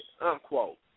unquote